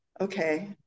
Okay